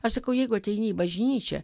aš sakau jeigu ateini į bažnyčią